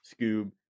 scoob